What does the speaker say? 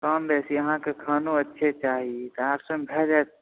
कम बेसी अहाँकेँ खानो होइके चाही आठ सए मे भए जायत